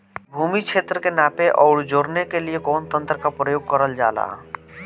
भूमि क्षेत्र के नापे आउर जोड़ने के लिए कवन तंत्र का प्रयोग करल जा ला?